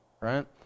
right